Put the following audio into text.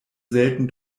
selten